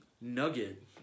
nugget